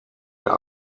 der